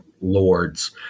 lords